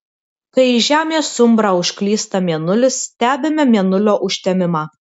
kai į žemės umbrą užklysta mėnulis stebime mėnulio užtemimą